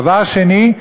דבר שני,